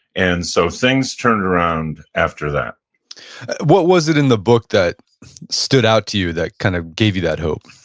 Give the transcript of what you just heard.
and so things turned around after that what was it in the book that stood out to you that kind of gave you that hope?